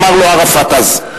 אמר לו ערפאת אז.